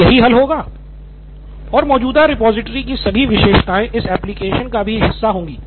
तो यही हल होगा नितिन कुरियन और मौजूदा रिपॉजिटरी की सभी विशेषताएं इस एप्लिकेशन का भी हिस्सा होंगी